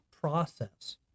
process